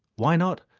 why not?